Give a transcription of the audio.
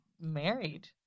married